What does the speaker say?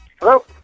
Hello